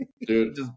dude